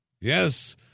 yes